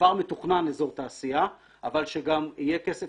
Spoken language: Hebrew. כבר מתוכנן אזור תעשייה אבל שגם יהיה כסף